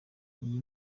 iyi